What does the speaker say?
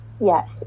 Yes